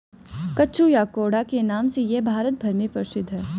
कद्दू या कोहड़ा के नाम से यह भारत भर में प्रसिद्ध है